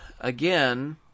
again